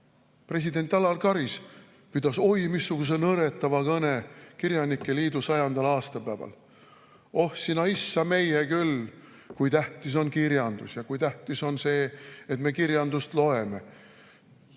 president Alar Karis pidas oi missuguse nõretava kõne kirjanike liidu 100. aastapäeval. Oh sina issameie küll, kui tähtis on kirjandus ja kui tähtis on see, et me kirjandust loeme!